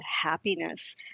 happiness